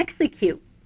execute